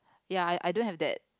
ya I I don't have that